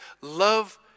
love